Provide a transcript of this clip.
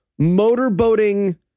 motorboating